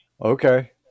Okay